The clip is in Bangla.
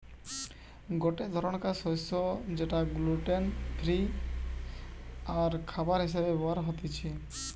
গটে ধরণকার শস্য যেটা গ্লুটেন ফ্রি আরখাবার হিসেবে ব্যবহার হতিছে